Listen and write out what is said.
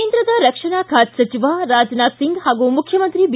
ಕೇಂದ್ರದ ರಕ್ಷಣಾ ಸಚಿವ ರಾಜನಾಥ್ ಸಿಂಗ್ ಪಾಗೂ ಮುಖ್ಯಮಂತ್ರಿ ಬಿ